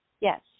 Yes